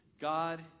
God